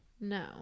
No